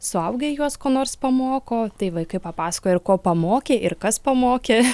suaugę juos ko nors pamoko tai vaikai papasakoja ir ko pamokė ir kas pamokė